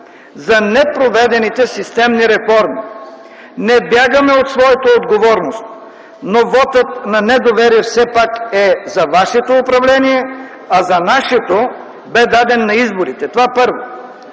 за непроведените системни реформи. Не бягаме от своята отговорност, но вотът на недоверие все пак е за вашето управление, а за нашето бе даден на изборите. Това – първо.